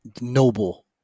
noble